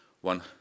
one